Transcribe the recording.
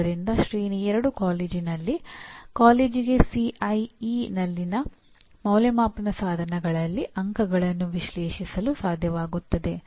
ಆದ್ದರಿಂದ ಶ್ರೇಣಿ 2 ಕಾಲೇಜಿನಲ್ಲಿ ಕಾಲೇಜಿಗೆ ಸಿಐಇ ನಲ್ಲಿನ ಅಂದಾಜುವಿಕೆಯ ಸಾಧನಗಳಲ್ಲಿ ಅಂಕಗಳನ್ನು ವಿಶ್ಲೇಷಿಸಲು ಸಾಧ್ಯವಾಗುತ್ತದೆ